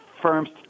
firms